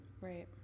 Right